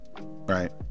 right